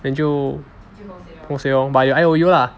then 就 hosei lor but 有 I_O_U lah